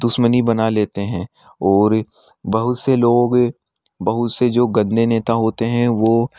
दुश्मनी बना लेते हैं और बहुत से लोग बहुत से जो गंदे नेता होते हैं वो